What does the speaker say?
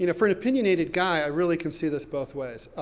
you know for an opinionated guy, i really can see this both ways.